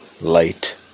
light